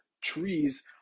trees